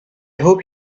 hope